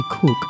Cook